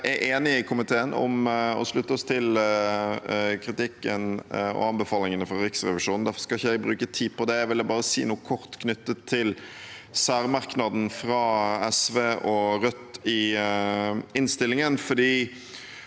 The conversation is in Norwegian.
Vi er enige i komiteen om å slutte oss til kritikken og anbefalingene fra Riksrevisjonen, så derfor skal jeg ikke bruke tid på det. Jeg ville bare si noe kort knyttet til særmerknaden fra SV og Rødt i innstillingen.